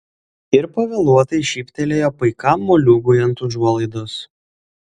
ir pavėluotai šyptelėjo paikam moliūgui ant užuolaidos